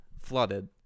flooded